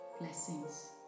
Blessings